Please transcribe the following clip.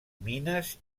mines